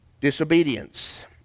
disobedience